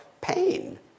pain